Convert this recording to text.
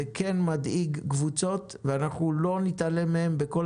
זה מדאיג קבוצות ואנחנו לא נתעלם מהם בכל